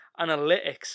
analytics